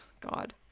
God